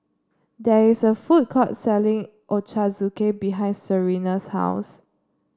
there is a food court selling Ochazuke behind Serina's house